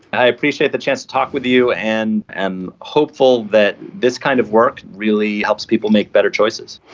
i appreciate the chance to talk with you and i'm hopeful that this kind of work really helps people make better choices.